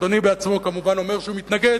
שאדוני בעצמו כמובן אומר שהוא מתנגד,